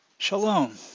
Shalom